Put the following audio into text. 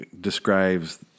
describes